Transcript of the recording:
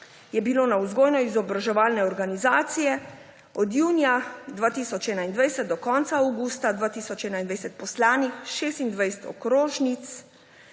je bilo na vzgojno-izobraževalne organizacije od junija 2021 do konca avgusta 2021 poslanih 26 okrožnic